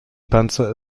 panzer